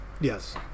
yes